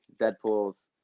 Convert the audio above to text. Deadpool's